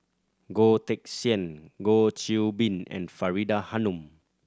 Goh Teck Sian Goh Qiu Bin and Faridah Hanum